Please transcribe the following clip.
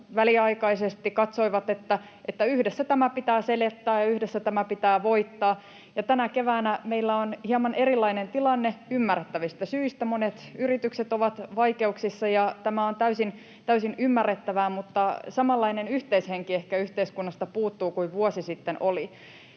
väliaikaisesti, katsoivat, että yhdessä tämä pitää selättää ja yhdessä tämä pitää voittaa, ja tänä keväänä meillä on hieman erilainen tilanne. Ymmärrettävistä syistä monet yritykset ovat vaikeuksissa, ja tämä on täysin ymmärrettävää, mutta ehkä yhteiskunnasta puuttuu samanlainen